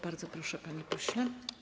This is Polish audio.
Bardzo proszę, panie pośle.